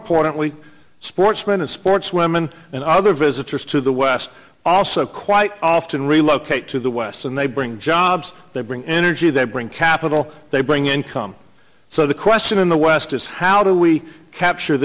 importantly sportsmen and sportswomen and other visitors to the west also quite often relocate to the west and they bring jobs they bring energy they bring capital they bring income so the question in the west is how do we capture